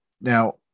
Now